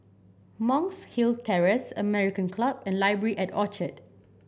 Monk's Hill Terrace American Club and Library at Orchard